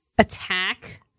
Attack